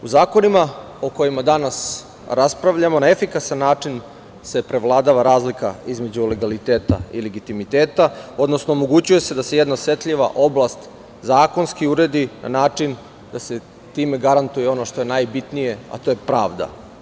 U zakonima o kojima danas raspravljamo na efikasan način se prevladava razlika između legaliteta i legitimiteta, odnosno omogućuje se da se jedna osetljiva oblast zakonski uredi, na način da se time garantuje ono što je najbitnije, a to je pravda.